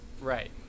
Right